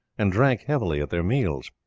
and drank heavily at their meals.